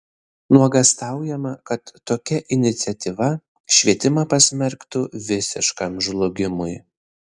nuogąstaujama kad tokia iniciatyva švietimą pasmerktų visiškam žlugimui